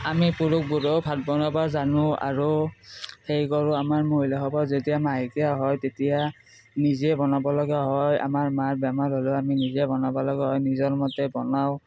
আমি পুৰুষবোৰেও ভাত বনাব জানো আৰু সেই কৰোঁ আমাৰ মহিলাসকল যেতিয়া মাহেকীয়া হয় তেতিয়া নিজে বনাব লগা হয় আমাৰ মাৰ বেমাৰ হ'লেও আমি নিজে বনাব লগা হয় নিজৰ মতে বনাওঁ